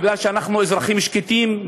בגלל שאנחנו אזרחים שקטים?